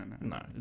no